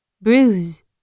bruise